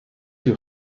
your